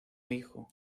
hijo